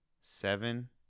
seven